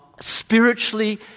spiritually